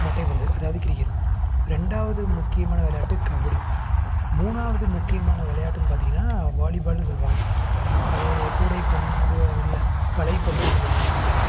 மட்டைப்பந்து அதாவது கிரிக்கெட் ரெண்டாவது முக்கியமான விளையாட்டு கபடி மூணாவது முக்கியமான விளையாட்டுன்னு பார்த்திங்கன்னா வாலிபாலுன்னு சொல்லுவாங்க வலை கூடைப்பந்து இல்லை வலைப்பந்துன்னு சொல்லுவாங்கனு நினைக்கிறேன்